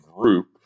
group